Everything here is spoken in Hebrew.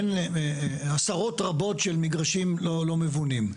אין עשרות רבות של מגרשים לא מבונים.